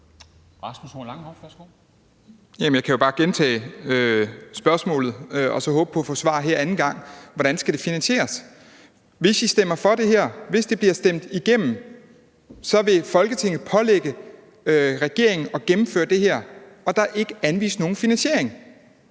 Jeg kan jo bare gentage spørgsmålet og så håbe på at få et svar her anden gang: Hvordan skal det finansieres? Hvis I stemmer for det her, og hvis det bliver stemt igennem, så vil Folketinget pålægge regeringen at gennemføre det her. Og der er ikke anvist nogen finansiering.